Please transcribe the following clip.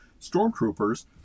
stormtroopers